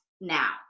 now